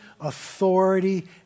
authority